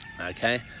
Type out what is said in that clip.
okay